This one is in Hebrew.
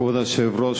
כבוד היושב-ראש,